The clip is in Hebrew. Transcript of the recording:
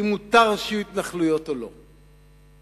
אם מותר שיהיו התנחלויות או לא.